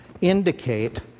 indicate